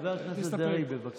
חבר הכנסת דרעי, בבקשה.